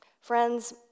Friends